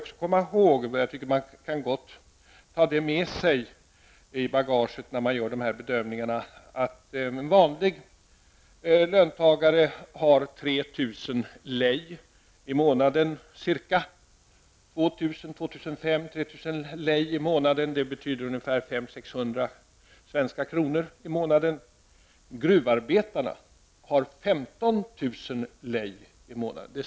Jag tycker att man skall ha i minnet när man bedömer detta att en vanlig löntagare har ca 2 000-- 3 000 lei eller 500--600 svenska kronor i månaden, medan gruvarbetarna har 15 000 lei i månaden.